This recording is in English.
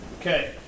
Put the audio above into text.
Okay